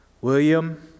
William